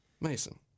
Mason